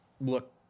look